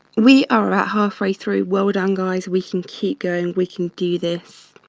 we are about halfway through. well done, guys, we can keep going we can do this.